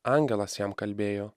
angelas jam kalbėjo